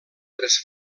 tres